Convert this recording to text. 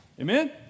Amen